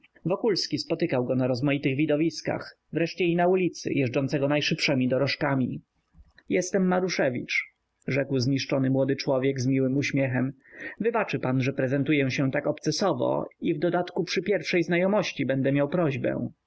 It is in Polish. postaci wokulski spotykał go na rozmaitych widowiskach wreszcie i na ulicy jeżdżącego najszybszemi dorożkami jestem maruszewicz rzekł zniszczony młody człowiek z miłym uśmiechem wybaczy pan że prezentuję się tak obcesowo i w dodatku przy pierwszej znajomości będę miał prośbę